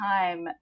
time